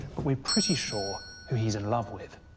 but we're pretty sure who he's in love with.